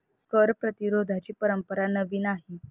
कर प्रतिरोधाची परंपरा नवी नाही